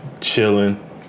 chilling